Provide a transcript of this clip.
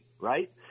right